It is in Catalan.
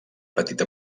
petita